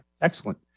excellent